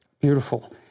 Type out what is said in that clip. Beautiful